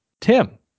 Tim